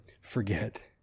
forget